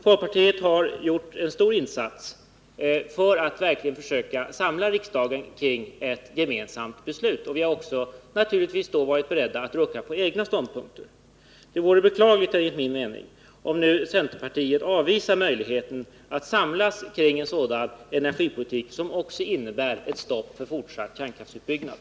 Folkpartiet har gjort stora ansträngningar att verkligen försöka samla riksdagen kring ett gemensamt beslut, och därvid har vi naturligtvis varit beredda att rucka på egna ståndpunkter. Det vore, enligt min mening, beklagligt om nu centerpartiet avvisar möjligheten att samlas kring en sådan energipolitik, som också innebär ett stopp för fortsatt kärnkraftsutbyggnad.